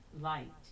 light